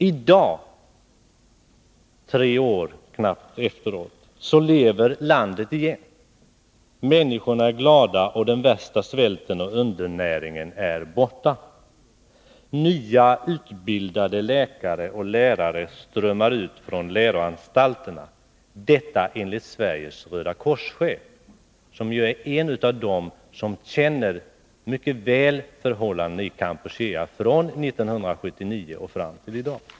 I dag, knappt tre år efteråt, lever landet igen. Människorna är glada och den värsta svälten och undernäringen är borta. Nyutbildade läkare och lärare strömmar ut från läroanstalterna. Detta enligt chefen för Svenska röda korset, som är en av dem som mycket väl känner förhållandena i Kampuchea från 1979 fram till i dag.